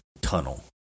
tunnel